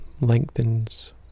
lengthens